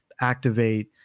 activate